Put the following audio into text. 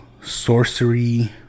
sorcery